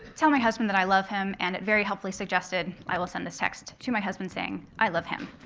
tell my husband that i love him. and it very helpfully suggested, i will send this text to my husband saying, i love him.